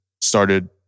started